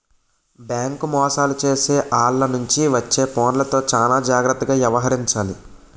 bank మోసాలు చేసే ఆల్ల నుంచి వచ్చే ఫోన్లతో చానా జాగర్తగా యవహరించాలి